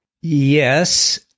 Yes